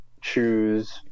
choose